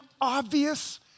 obvious